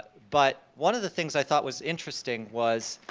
but one of the things i thought was interesting was,